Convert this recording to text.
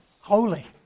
holy